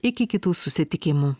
iki kitų susitikimų